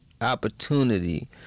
opportunity